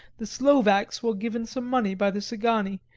the slovaks were given some money by the szgany,